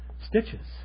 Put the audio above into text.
stitches